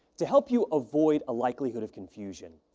to help you avoid a likelihood of confusion,